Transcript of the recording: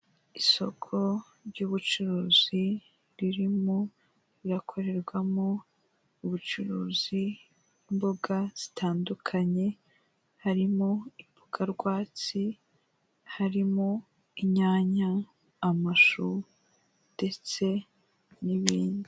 Isoko ry'ubucuruzi ririmo rirakorerwamo ubucuruzi, imboga zitandukanye, harimo imboga rwatsi, harimo inyanya, amashu ndetse n'ibindi.